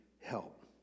help